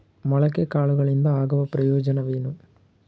ಮೊಳಕೆ ಕಾಳುಗಳಿಂದ ಆಗುವ ಪ್ರಯೋಜನವೇನು?